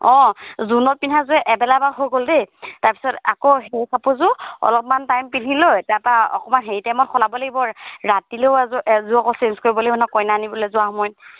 অঁ জোৰোণত পিন্ধাযোৰে এবেলা বাৰু হৈ গ'ল দেই তাৰপিছত আকৌ সেই কাপোৰযোৰ অলপমান টাইম পিন্ধি লৈ তাৰপৰা অকণমান হেৰি টাইমত সলাব লাগিব আৰু ৰাতিলৈও এযোৰ এযোৰ আকৌ চেঞ্জ কৰিব লাগিব নহয় কইনা আনিবলৈ যোৱা সময়ত